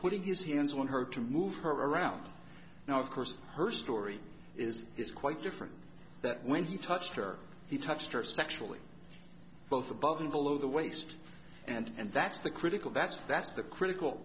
putting his hands on her to move her around now of course her story is is quite different that when he touched her he touched her sexually both above and below the waist and that's the critical that's that's the critical